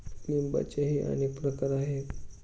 लिंबाचेही अनेक प्रकार आहेत